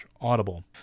Audible